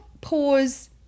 pause